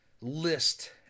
list